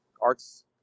Art's